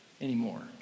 anymore